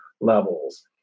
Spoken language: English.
levels